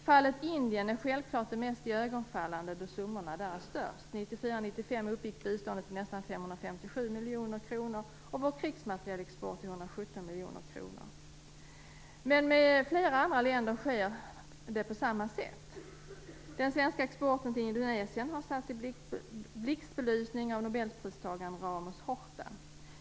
Fallet Indien är självklart det mest iögonfallande då summorna är störst. Budgetåret 1994/95 uppgick biståndet till nästan 557 miljoner kronor och vår krigsmaterielexport till 117 miljoner kronor. Men med flera andra länder är det på samma sätt. Den svenska exporten till Indonesien har satts i blixtbelysning av nobelpristagaren Ramos Horta.